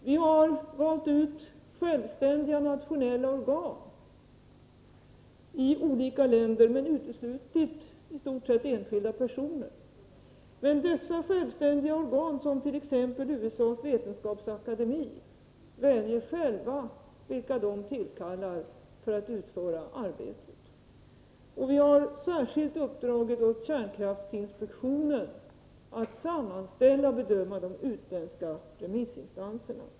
Vi har valt ut självständiga nationella organ i olika länder, men i stort sett uteslutit enskilda personer. Men dessa självständiga organ, som t.ex. USA:s vetenskapsakademi, väljer själva vilka de tillkallar för att utföra arbetet. Vi har särskilt uppdragit åt kärnkraftinspektionen att sammanställa och bedöma de utländska remissinstanserna.